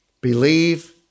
believe